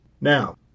Now